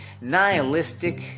nihilistic